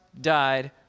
died